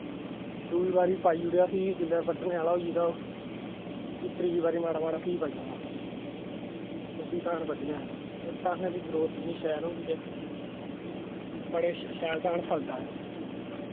दुई बारी पाई ओड़ेआ फ्ही जिसलै बड्डने आह्ला होई गेआ ओह् फ्ही त्री बारी माड़ा माड़ा फ्ही पाई ओड़ना फ्ही धान बड्डी लैने ते फ्ही धानें दी ग्रोथ इन्नी शैल होंदी ऐ कि बड़े शैल धान फलदा ऐ